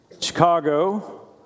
Chicago